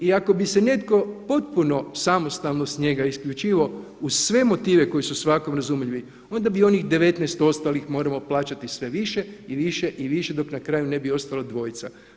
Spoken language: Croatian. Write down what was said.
I ako bi se netko potpuno samostalno s njega isključivao uz sve motive koji su svakome razumljivi onda bi onih 19 ostalih moramo plaćati sve više i više i više dok na kraju ne bi ostala dvojca.